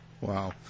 Wow